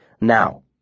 Now